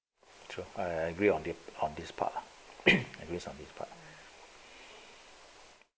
true I I agree on the on this part lah at least on this part